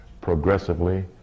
progressively